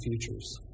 futures